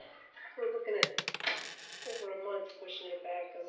we're looking at over a month pushing it back.